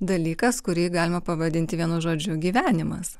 dalykas kurį galima pavadinti vienu žodžiu gyvenimas